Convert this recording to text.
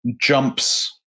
jumps